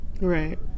Right